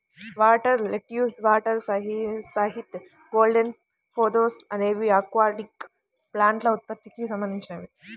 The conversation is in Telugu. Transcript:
water lettuce, water hyacinth, golden pothos అనేవి ఆక్వాటిక్ ప్లాంట్ల ఉత్పత్తికి సంబంధించినవి